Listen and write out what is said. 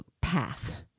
path